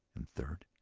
and third,